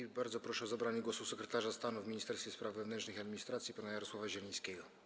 I bardzo proszę o zabranie głosu sekretarza stanu w Ministerstwie Spraw Wewnętrznych i Administracji pana Jarosława Zielińskiego.